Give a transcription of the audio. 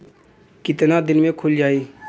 कितना दिन में खुल जाई?